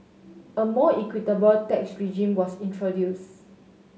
a more equitable tax regime was introduced